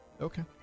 Okay